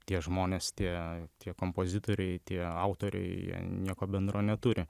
tie žmonės tie tie kompozitoriai tie autoriai jie nieko bendro neturi